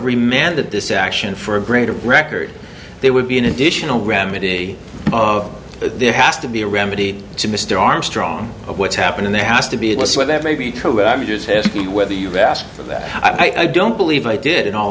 remanded this action for a greater record there would be an additional remedy of there has to be a remedy to mr armstrong what's happening there has to be it was so that maybe i'm just asking you whether you've asked for that i don't believe i did in all